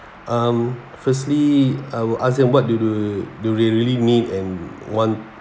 um firstly I will ask them what do they do they really need and want